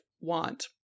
want